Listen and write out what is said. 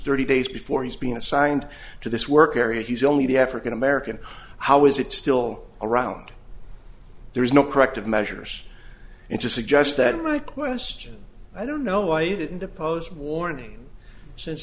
study days before he's been assigned to this work area he's only the african american how is it still around there's no corrective measures it just suggests that my question i don't know why you didn't oppose warning since